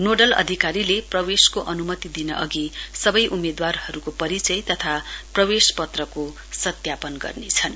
nodal अधिकारीले प्रवेशको अन्मति दिनअघि सबै उम्मेद्वारहरूको परिचय तथा प्रवेश पत्रको सत्यापन गर्नेछन्